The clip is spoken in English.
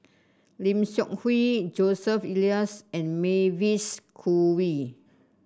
Lim Seok Hui Joseph Elias and Mavis Khoo Oei